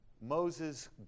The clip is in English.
Moses